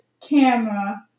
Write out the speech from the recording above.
camera